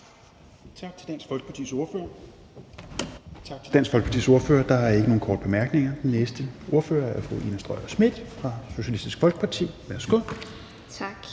Tak til Dansk Folkepartis ordfører. Der er ikke nogen korte bemærkninger. Den næste taler er fru Ina Strøjer-Schmidt fra Socialistisk Folkeparti. Værsgo. Kl.